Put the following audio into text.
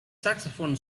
saxophone